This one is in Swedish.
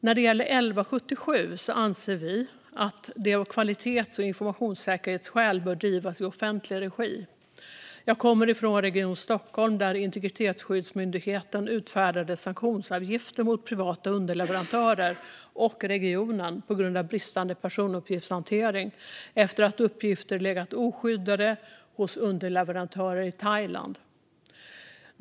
När det gäller 1177 anser vi att det av kvalitets och informationssäkerhetsskäl bör drivas i offentlig regi. Jag kommer ifrån Region Stockholm där Integritetsskyddsmyndigheten utfärdade sanktionsavgifter mot privata underleverantörer och regionen på grund av bristande personuppgiftshantering efter att uppgifter legat oskyddade hos underleverantörer i Thailand.